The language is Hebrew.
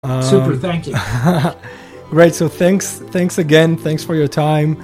סופר, תודה. טוב, אז תודה, תודה עוד פעם, תודה על הזמן שלכם.